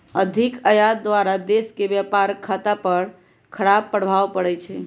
अधिक आयात द्वारा देश के व्यापार खता पर खराप प्रभाव पड़इ छइ